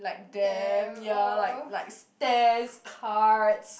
like damn ya like like stamps cards